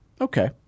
Okay